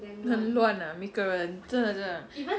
很乱 lah 每个人真的真的